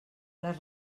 les